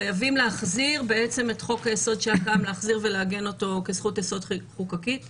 חייבים להחזיר את חוק היסוד שהיה קיים ולקיים אותו כזכות יסוד חוקתית.